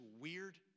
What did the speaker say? weird